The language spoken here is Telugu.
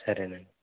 సరేనండి